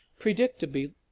Predictably